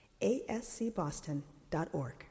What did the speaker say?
ASCBoston.org